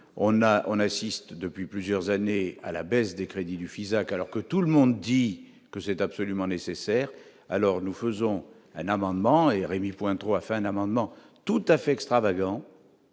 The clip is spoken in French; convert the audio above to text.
on assiste depuis plusieurs années à la baisse des crédits du Fisac alors que tout le monde dit que c'est absolument nécessaire, alors nous faisons un amendement et Rémy-Cointreau afin d'amendement tout à fait extravagant,